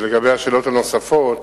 לגבי השאלות הנוספות,